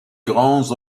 grands